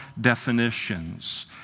definitions